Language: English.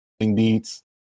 beats